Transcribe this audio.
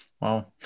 Wow